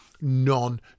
non